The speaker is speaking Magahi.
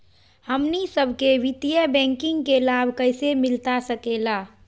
हमनी सबके वित्तीय बैंकिंग के लाभ कैसे मिलता सके ला?